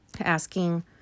asking